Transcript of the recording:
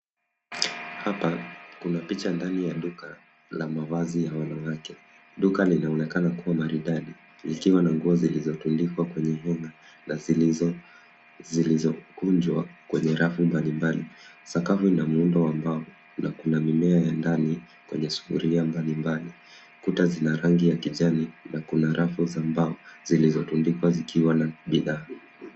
Hapa kuna picha ya duka la mavazi ya wanawake. Duka linaonekana kuwa maridadi, likiwa na nguo zilizotundikwa kwenye vyuma na zilizokunjwa kwenye rafu mbalimbali. Sakafu ina muundo wa mbao kuna mimea ya ndani kwenye sufuria. Kuta zina rangi za kijani na kuna rafu za mbao zilizotundikwa zikiwa na bidhaa.